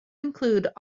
include